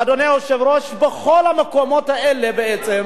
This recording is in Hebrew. אדוני היושב-ראש, בכל המקומות האלה בעצם,